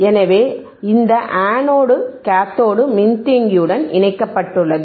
எனவே இந்த anode to cathode மின்தேக்கியுடன் இணைக்கப்பட்டுள்ளது